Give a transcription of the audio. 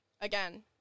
again